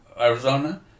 Arizona